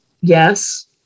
yes